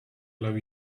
love